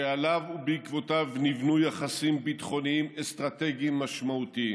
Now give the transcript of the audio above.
שעליו ובעקבותיו נבנו יחסים ביטחוניים ואסטרטגיים משמעותיים.